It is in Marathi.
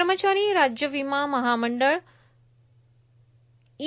कर्मचारी राज्य वीमा महामंडळ ई